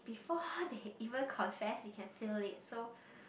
before how did he even confess you can feel it so